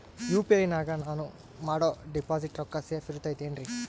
UPI ನಾಗ ನಾನು ಮಾಡೋ ಡಿಪಾಸಿಟ್ ರೊಕ್ಕ ಸೇಫ್ ಇರುತೈತೇನ್ರಿ?